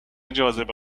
جاذبه